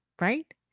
right